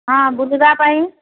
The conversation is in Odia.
ହଁ ବୁଲିବା ପାଇଁ